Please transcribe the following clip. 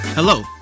Hello